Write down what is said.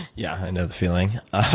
yeah, i know the feeling.